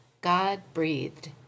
God-breathed